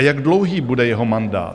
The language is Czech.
A jak dlouhý bude jeho mandát?